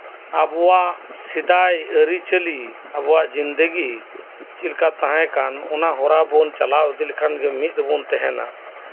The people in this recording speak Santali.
ᱟᱵᱚᱣᱟᱜ ᱥᱮᱫᱟᱭ ᱟᱹᱨᱤᱪᱟᱹᱞᱤ ᱟᱵᱚᱣᱟᱜ ᱡᱤᱱᱫᱮᱜᱤ ᱪᱮᱫ ᱠᱟ ᱛᱟᱸᱦᱮ ᱠᱟᱱ ᱚᱱᱟ ᱦᱚᱨᱟ ᱵᱚᱱ ᱪᱟᱞᱟᱣ ᱤᱫᱤ ᱞᱮᱠᱷᱟᱱ ᱜᱮ ᱢᱤᱫ ᱨᱮᱵᱚᱱ ᱛᱟᱸᱦᱮᱱᱟ